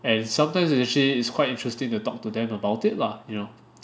and sometimes is actually is quite interesting to talk to them about it lah you know